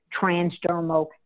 transdermal